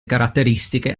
caratteristiche